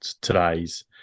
today's